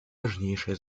важнейшее